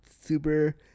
super